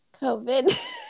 COVID